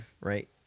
right